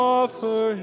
offer